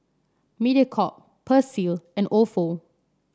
Mediacorp Persil and ofo